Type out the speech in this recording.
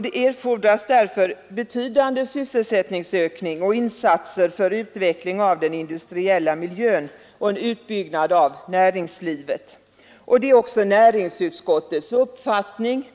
Det erfordras därför en betydande sysselsättningsökning, insatser för utveckling av den industriella miljön och en utbyggnad av näringslivet. Det är också näringsutskottets uppfattning.